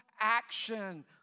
action